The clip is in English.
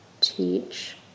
teach